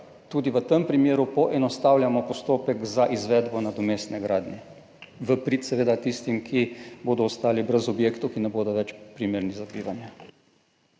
tudi v tem primeru poenostavljamo postopek za izvedbo nadomestne gradnje, seveda v prid tistim, ki bodo ostali brez objektov, ki ne bodo več primerni za bivanje.